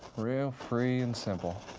real free and simple.